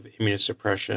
immunosuppression